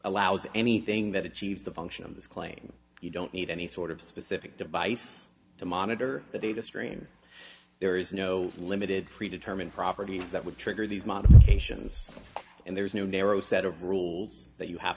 allows anything that achieves the function of this claim you don't need any sort of specific device to monitor the data stream there is no limited pre determined properties that would trigger these modifications and there is no narrow set of rules that you have